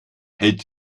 hält